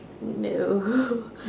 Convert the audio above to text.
No